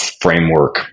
framework